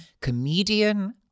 comedian